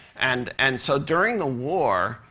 and and so during the war,